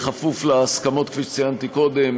בכפוף להסכמות כפי שציינתי קודם,